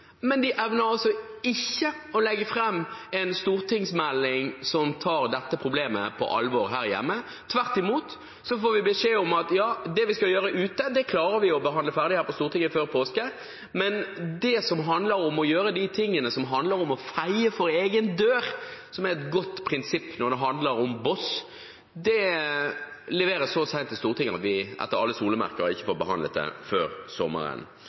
men de evner altså ikke å legge fram en stortingsmelding som tar dette problemet på alvor her hjemme. Tvert imot får vi beskjed om at det vi skal gjøre ute, det klarer vi å behandle ferdig her på Stortinget før påske, men det som handler om å feie for egen dør, noe som er et godt prinsipp når det gjelder boss, leveres så sent til Stortinget at vi etter alle solemerker ikke får behandlet det før sommeren.